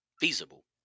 feasible